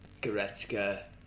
Goretzka